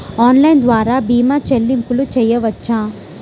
Online ద్వార భీమా చెల్లింపులు చేయవచ్చా?